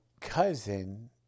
cousin